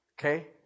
Okay